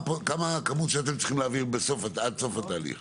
מהי הכמות שאתם צריכים להעביר עד סוף התהליך?